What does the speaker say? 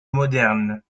moderne